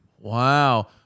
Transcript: Wow